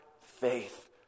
faith